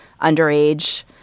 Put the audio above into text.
underage